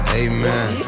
amen